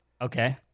Okay